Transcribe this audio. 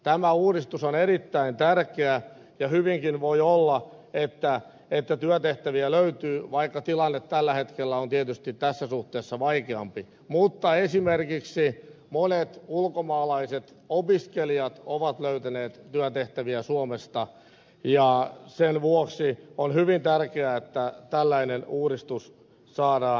tämä uudistus on erittäin tärkeä ja voi hyvinkin olla että työtehtäviä löytyy vaikka tilanne tällä hetkellä on tietysti tässä suhteessa vaikeampi mutta esimerkiksi monet ulkomaalaiset opiskelijat ovat löytäneet työtehtäviä suomesta ja sen vuoksi on hyvin tärkeää että tällainen uudistus saadaan aikaan